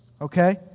Okay